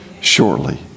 shortly